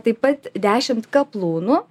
taip pat dešimt kaplūnų